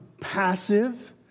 passive